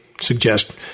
suggest